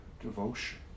devotion